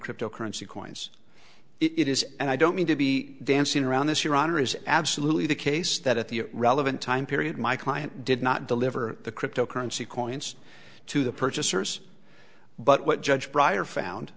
cryptocurrency coins it is and i don't mean to be dancing around this your honor is absolutely the case that at the relevant time period my client did not deliver the cryptocurrency coins to the purchasers but judge bryer found